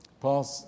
Paul